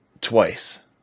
Twice